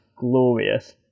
glorious